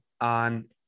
on